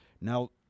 Now